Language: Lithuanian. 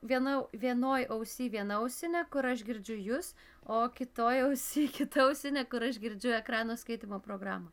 viena vienoj ausy viena ausinė kur aš girdžiu jus o kitoj ausy kita ausinė kur aš girdžiu ekrano skaitymo programą